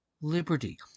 Liberty